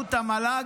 באמצעות המל"ג,